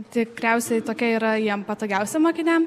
tikriausiai tokia yra jiem patogiausia mokiniam